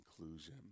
inclusion